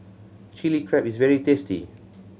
Chilli Crab is very tasty